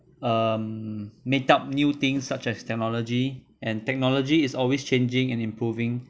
um made up new things such as technology and technology is always changing and improving